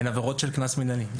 הם עבירות של קנס מנהלי,